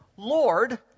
Lord